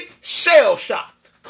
shell-shocked